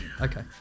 Okay